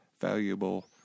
valuable